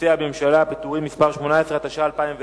ומסי הממשלה (פטורין) (מס' 18), התש"ע 2010,